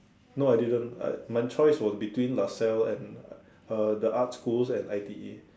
no I didn't like my choice was between Laselle and uh uh the art schools and I_T_E